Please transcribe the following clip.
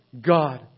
God